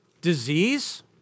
Disease